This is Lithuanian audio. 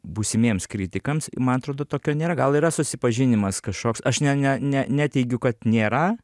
būsimiems kritikams man atrodo tokio nėra gal yra susipažinimas kažkoks aš ne ne ne neteigiu kad nėra